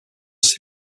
ses